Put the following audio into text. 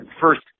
first